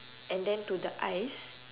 and then to the eyes